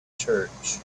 church